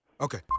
Okay